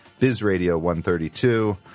bizradio132